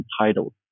entitled